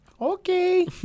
Okay